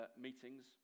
meetings